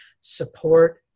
support